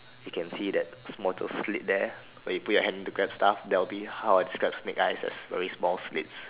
you can see that the slit there where you put your hand to Grab stuffs that'll be how I describe snake eyes like very small slits